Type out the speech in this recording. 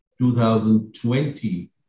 2020